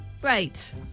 great